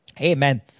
amen